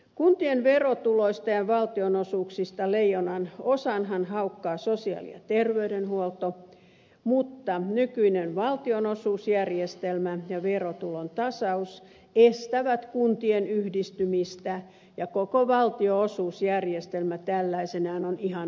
kuntien verotuloista ja valtionosuuksista leijonanosanhan haukkaa sosiaali ja terveydenhuolto mutta nykyinen valtionosuusjärjestelmä ja verotulon tasaus estävät kuntien yhdistymistä ja koko valtionosuusjärjestelmä tällaisenaan on ihan umpihuono